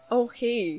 okay